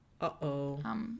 Uh-oh